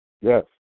Yes